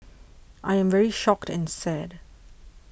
I am very shocked and sad